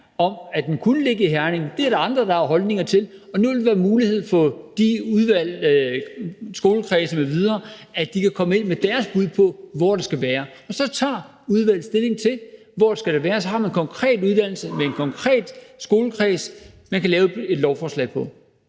at den kunne ligge i Herning. Det er der andre holdninger til, og nu vil der være mulighed for, at de skolekredse m.v. kan komme med deres bud på, hvor det skal være, og så tager udvalget stilling til, hvor det skal være. Så har man en konkret uddannelse med en konkret skolekreds, man kan lave et lovforslag på